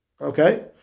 Okay